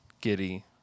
Giddy